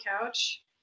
couch